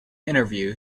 interview